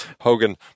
Hogan